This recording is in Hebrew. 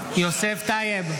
טייב,